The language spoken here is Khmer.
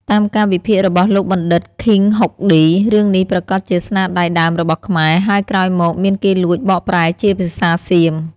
តាមការវិភាគរបស់លោកបណ្ឌិត ឃីង ហុកឌី រឿងនេះប្រាកដជាស្នាដៃដើមរបស់ខ្មែរ ហើយក្រោយមកមានគេលួចបកប្រែជាភាសាសៀម។